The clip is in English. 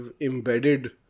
embedded